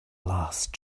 last